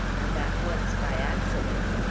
and that once by accident.